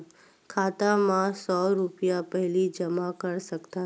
खाता मा सौ रुपिया पहिली जमा कर सकथन?